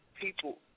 people